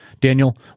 Daniel